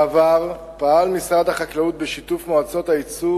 2. בעבר פעל משרד החקלאות בשיתוף מועצת הייצור